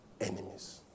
enemies